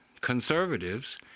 conservatives